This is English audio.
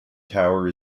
tower